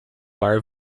bar